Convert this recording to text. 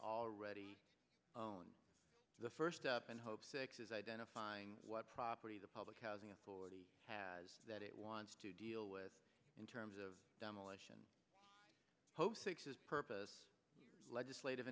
already own the first step and hope six is identifying what property the public housing authority has that it wants to deal with in terms of demolition this legislative